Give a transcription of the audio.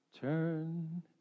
Turn